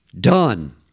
done